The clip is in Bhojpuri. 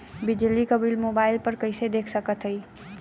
बिजली क बिल मोबाइल पर कईसे देख सकत हई?